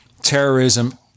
Terrorism